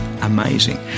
amazing